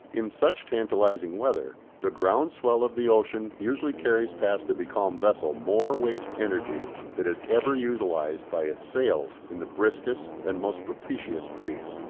in such tantalising weather the ground-swell of the ocean usually carries past a becalmed vessel more waste energy than is ever utilised by its sails in the briskest and most propitious breeze.